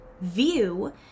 view